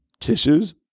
tissues